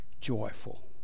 joyful